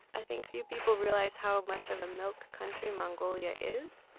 i think few people realize how much of a milk country mongolia is.